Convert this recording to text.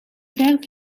verf